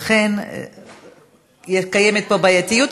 לכן קיימת פה בעייתיות.